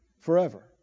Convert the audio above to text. forever